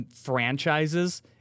franchises